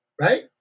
right